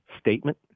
statement